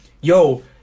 Yo